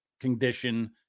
condition